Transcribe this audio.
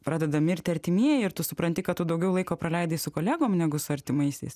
pradeda mirti artimieji ir tu supranti kad tu daugiau laiko praleidi su kolegom negu su artimaisiais